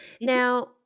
now